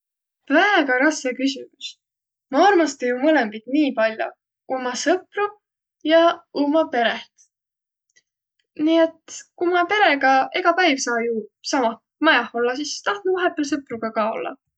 Väega rassõ küsümüs. Ma armasta jo mõlõmbit nii pall'o, umma sõpru ja umma pereht, nii et ku ma perega egä päiv saa jo samah majah ollaq, sis tahtnuq vaihõpääl sõproga kah ollaq.